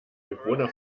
bewohner